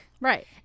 Right